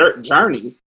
journey